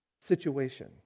situation